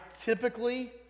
typically